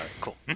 cool